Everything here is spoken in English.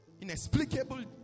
inexplicable